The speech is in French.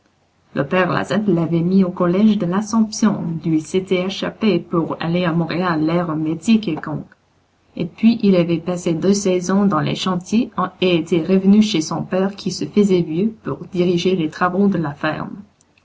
le père lazette l'avait mis au collège de l'assomption d'où il s'était échappé pour aller à montréal l'aire un métier quelconque et puis il avait passé deux saisons dans les chantiers et était revenu chez son père qui se faisait vieux pour diriger les travaux de la ferme